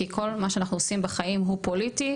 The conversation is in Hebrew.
כי כל מה שאנחנו עושים בחיים הוא פוליטי,